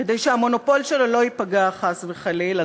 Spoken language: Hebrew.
כדי שהמונופול שלו לא ייפגע חס וחלילה.